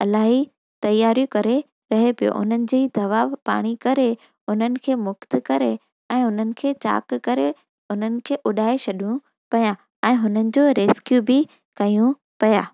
इलाही तयारी करे रहे पियो उन्हनि जी दवा पाणी करे उन्हनि खे मुक्त करे ऐं उन्हनि खे चाक करे उन्हनि खे उडाए छॾियो पिया ऐं उन्हनि जो रेस्कियूं बि कयूं पिया